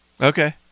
Okay